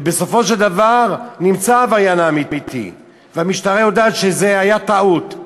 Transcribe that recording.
ובסופו של דבר נמצא העבריין האמיתי והמשטרה יודעת שזאת הייתה טעות,